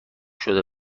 شده